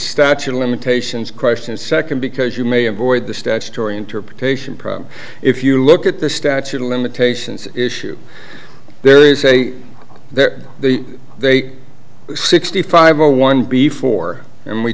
statute of limitations question second because you may avoid the statutory interpretation problem if you look at the statute of limitations issue there is a there they sixty five or one before and we